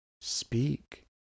speak